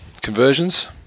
conversions